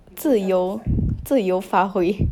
自由自由发挥